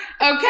Okay